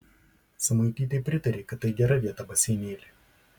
samuitytė pritarė kad tai gera vieta baseinėliui